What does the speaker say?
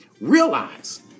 Realize